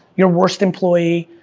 your worst employee,